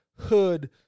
hood